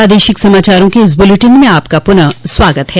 प्रादेशिक समाचारों के इस बुलेटिन में आपका फिर से स्वागत है